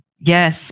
Yes